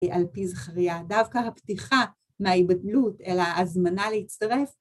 על פי זכריה, דווקא הפתיחה מההיבדלות אל ההזמנה להצטרף.